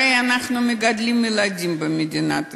הרי אנחנו מגדלים ילדים במדינת ישראל,